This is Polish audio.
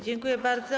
Dziękuję bardzo.